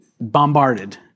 bombarded